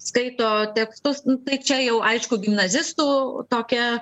skaito tekstus tai čia jau aišku gimnazistų tokia